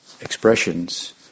expressions